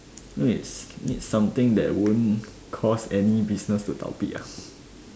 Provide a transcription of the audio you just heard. wait need something that won't cause any business to 倒闭 ah